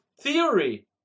theory